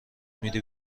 میدی